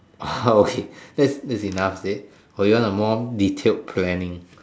uh okay that's that's enough isit or do you want a more detailed planning